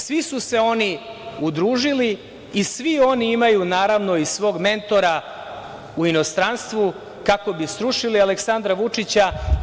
Svi su se oni udružili i svi oni imaju naravno i svog mentora u inostranstvu kako bi srušili Aleksandra Vučića.